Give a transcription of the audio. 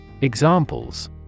Examples